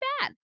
bad